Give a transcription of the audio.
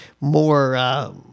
more